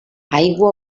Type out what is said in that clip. aigua